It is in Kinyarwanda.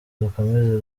dukomeze